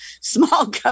small